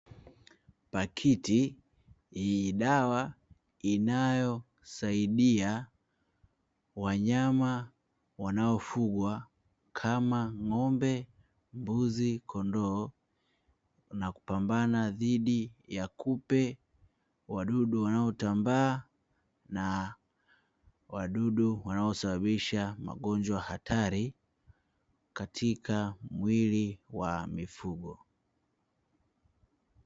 Pakiti yenye dawa inayosaidia wanyama wanaofugwa kama ng'ombe, mbuzi, kondoo na kupambana dhidi ya kupe wadudu wanaotambaa na wadudu wanaosababisha magonjwa hatari katika mwili wa mifugo .